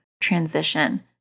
transition